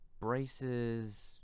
Braces